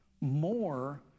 more